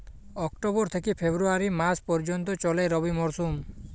October থেকে February মাস পর্যন্ত চলে রবি মরসুম